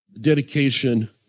dedication